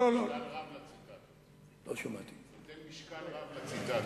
נותן משקל רב לציטטות.